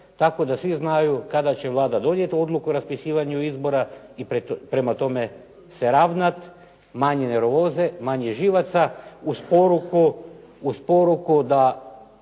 tako da svi znaju kada će Vlada donijeti Odluku o raspisivanju izbora i prema tome se ravnat. Manje nervoze, manje živaca, uz poruku da